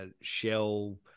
shell